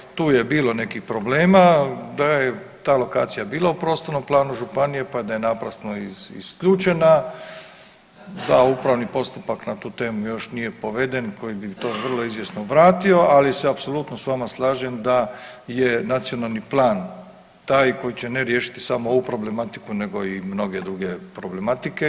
Ovaj, tu je bilo nekih problema da je ta lokacija bila u prostornom planu županije, pa da je naprasno isključena, da upravni postupak na tu temu još nije proveden koji bi to vrlo izvjesno vratio, ali se apsolutno s vama slažem da je nacionalni plan taj koji će ne riješiti samo ovu problematiku nego i mnoge druge problematike.